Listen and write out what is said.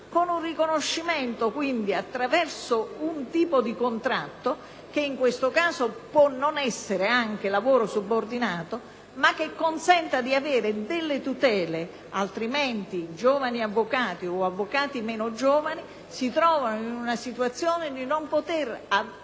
con un riconoscimento, quindi, attraverso un tipo di contratto che, in questo caso, può non essere di lavoro subordinato, ma che consenta di avere delle tutele. In caso contrario, giovani avvocati o avvocati meno giovani si trovano nella situazione di non poter contare